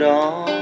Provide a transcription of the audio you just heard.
on